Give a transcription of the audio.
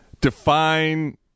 Define